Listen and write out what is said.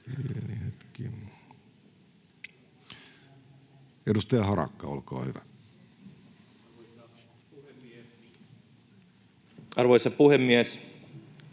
Kiitoksia. — Edustaja Kaleva, olkaa hyvä. Arvoisa puhemies!